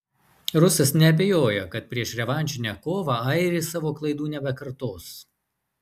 rusas neabejoja kad prieš revanšinę kovą airis savo klaidų nebekartos